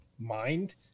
Mind